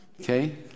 Okay